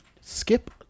skip